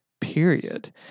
period